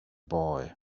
boy